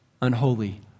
unholy